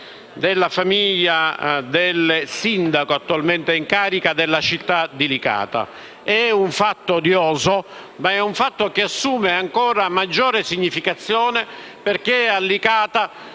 famiglia del sindaco attualmente in carica della città di Licata. È un fatto odioso, che assume ancora maggior significato perché a Licata,